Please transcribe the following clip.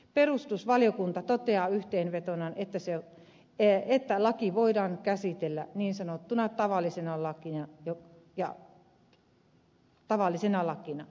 perustuslakivaliokunta toteaa yhteenvetonaan että laki voidaan käsitellä niin sanottuna tavallisena lakina